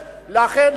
לכן,